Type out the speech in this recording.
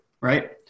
right